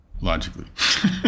logically